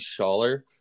Schaller